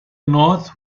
north